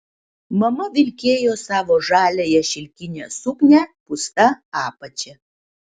mama vilkėjo savo žaliąją šilkinę suknią pūsta apačia